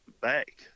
back